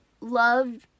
loved